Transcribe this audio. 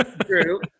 True